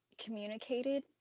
communicated